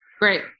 Great